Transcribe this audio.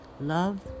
Love